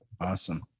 Awesome